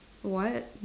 what